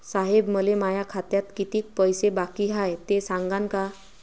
साहेब, मले माया खात्यात कितीक पैसे बाकी हाय, ते सांगान का?